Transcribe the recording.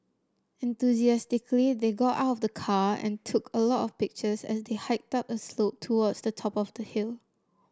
enthusiastically they got out of the car and took a lot of pictures as they hiked up a gentle slope towards the top of the hill